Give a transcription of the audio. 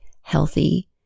healthy